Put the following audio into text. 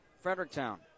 Fredericktown